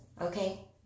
Okay